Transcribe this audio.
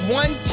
one